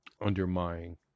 undermining